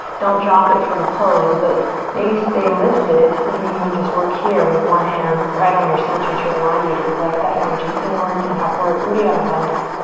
don't drop it for the pose, but maybe stay lifted, maybe even just work here with one hand right on your center to remind you to collect that energy inward and upward, udiana bunda.